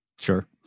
Sure